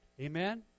Amen